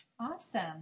Awesome